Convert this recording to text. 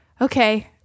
okay